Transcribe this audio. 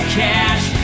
cash